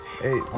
Hey